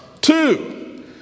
Two